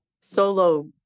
solo